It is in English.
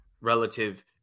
relative